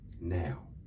now